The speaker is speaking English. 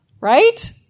Right